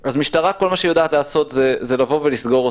אז המשטרה כל מה שהיא יודעת לעשות זה לבוא ולסגור אותה.